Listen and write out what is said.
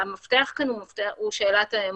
המפתח כאן הוא שאלת האמון.